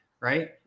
right